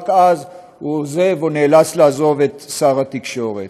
רק אז הוא עוזב או נאלץ לעזוב את משרד התקשורת.